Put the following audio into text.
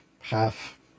half